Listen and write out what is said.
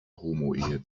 homoehe